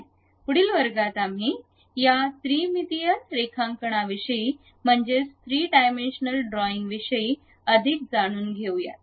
पुढील वर्गात आम्ही या त्रिमितीय रेखांकनांविषयी म्हणजेच 3 डायमेन्शनल ड्रॉईंग विषयी अधिक जाणून घेऊयात